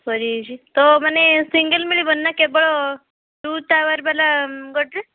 ସରିଯାଇଛି ତ ମାନେ ସିଙ୍ଗିଲ୍ ମିଳିବନି ନା କେବଳ ଟୁ ଟାୱାରବାଲା ଗଡ଼ରେଜ୍